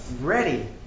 ready